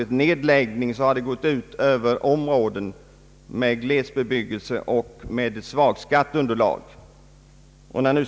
Nedläggningarna har gått ut över områden med glesbebyggelse och bygder med svagt skatteunderlag.